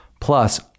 plus